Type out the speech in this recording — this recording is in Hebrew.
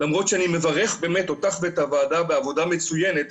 למרות שאני באמת מברך אותך ואת הוועדה על עבודה מצוינת,